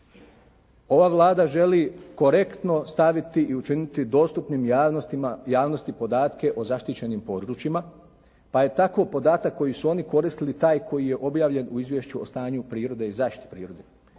Ova Vlada želi korektno staviti i učiniti dostupnim javnostima, javnosti podatke o zaštićenim područjima pa je tako podatak koji su oni koristili taj koji je objavljen u izvješću o stanju prirode i zaštiti prirode.